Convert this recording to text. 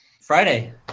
Friday